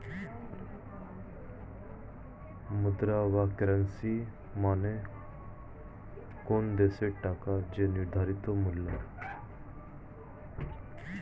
মুদ্রা বা কারেন্সী মানে কোনো দেশের টাকার যে নির্ধারিত মূল্য